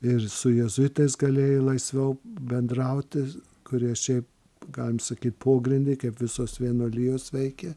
ir su jėzuitais galėjai laisviau bendrauti kurie šiaip galim sakyt pogrindyje kaip visos vienuolijos veikė